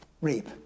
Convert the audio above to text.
Reap